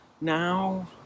now